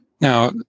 Now